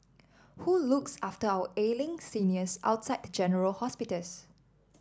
who looks after our ailing seniors outside general hospitals